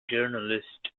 journalist